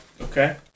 Okay